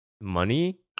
money